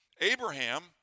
Abraham